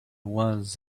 was